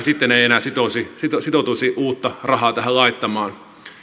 sitten ei enää sitoutuisi sitoutuisi uutta rahaa tähän laittamaan